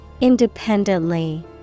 Independently